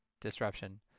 disruption